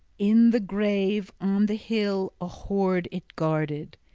in the grave on the hill a hoard it guarded,